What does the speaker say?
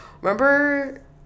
Remember